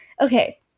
okay